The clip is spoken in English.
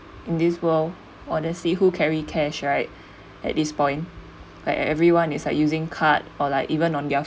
in this world honestly who carry cash right at this point like everyone is like using card or like even on their